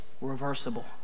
reversible